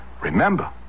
Remember